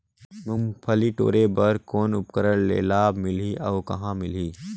मुंगफली टोरे बर कौन उपकरण ले लाभ मिलही अउ कहाँ मिलही?